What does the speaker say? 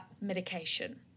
medication